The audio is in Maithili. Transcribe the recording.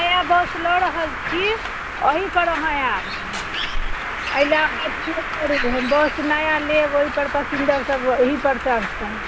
नया बस लऽ रहल छी एहिपर अहाँ आएब एहिला अहाँ अथी नहि करू हम बस नया लेब ओहिपर पसिञ्जर सब ओहिपर चढ़तन